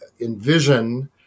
envision